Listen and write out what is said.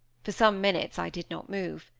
for some minutes i did not move.